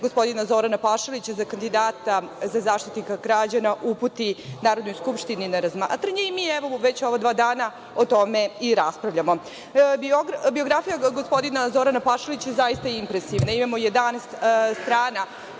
gospodina Zorana Pašalića, kandidata za Zaštitnika građana, uputi Narodnoj skupštini na razmatranje, i mi, evo, već ova dva dana o tome i raspravljamo. Biografija gospodina Zorana Pašalića je zaista impresivna. Imamo 11 strana